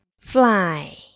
fly